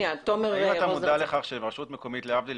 האם אתה מודע לכך שרשות מקומית, להבדיל